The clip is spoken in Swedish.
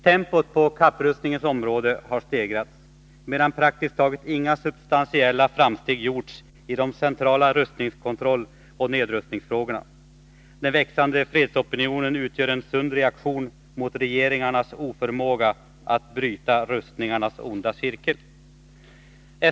Tempot på kapprustningens område har stegrats, medan praktiskt taget inga substantiella framsteg gjorts i centrala rustningskontrollsoch nedrustningsfrågor. Den växande fredsopinionen utgör en sund reaktion mot regeringarnas oförmåga att bryta rustningarnas onda cirkel.